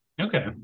okay